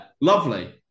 Lovely